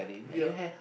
ya